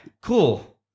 Cool